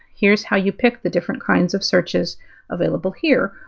here's how you pick the different kinds of searches available here,